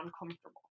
uncomfortable